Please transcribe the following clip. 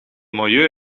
milieu